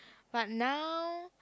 but now